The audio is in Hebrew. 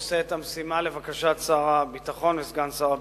אני עושה את המשימה לבקשת שר הביטחון וסגן שר הביטחון.